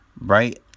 Right